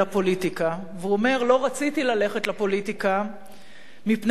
והוא אומר: "לא רציתי ללכת לפוליטיקה מפני שאני בוחל בה.